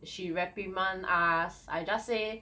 she reprimand us I just say